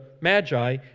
magi